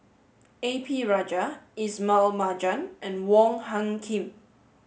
A P Rajah Ismail Marjan and Wong Hung Khim